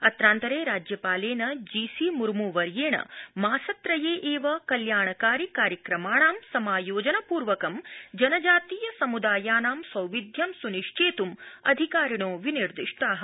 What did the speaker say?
अत्रान्तरे राज्यपालेन G C मूर्मवर्येण मासत्रये एव कल्याणकारि कार्यक्रमाणाम् समायोजन पूर्वकं जनजातीय समृदायानां सौविध्यं सुनिश्चेत् अधिकारिणो विनिर्दिष्टा